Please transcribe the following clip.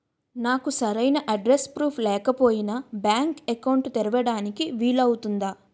నాకు సరైన address proof లేకపోయినా బ్యాంక్ అకౌంట్ తెరవడానికి వీలవుతుందా?